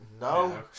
No